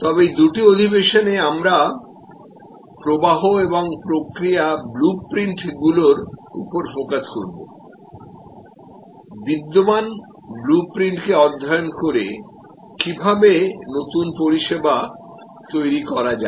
তবে এই দুটি অধিবেশনে আমরা প্রবাহ এবং প্রক্রিয়া ব্লু প্রিন্ট গুলির উপর ফোকাস করব বিদ্যমান ব্লু প্রিন্ট কে অধ্যয়ন করে কিভাবে নতুন পরিষেবা তৈরি করা যায়